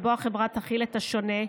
שבו החברה תכיל את השונה,